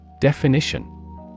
Definition